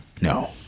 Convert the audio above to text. No